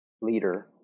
leader